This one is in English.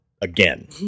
Again